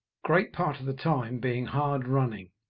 great part of the time being hard running.